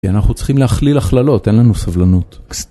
כי אנחנו צריכים להכליל הכללות, אין לנו סבלנות.